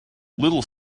little